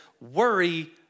worry